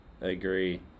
agree